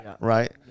right